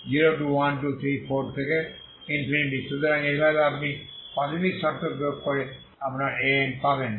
সুতরাং এইভাবে আপনি প্রাথমিক শর্ত প্রয়োগ করে আপনার An পাবেন 1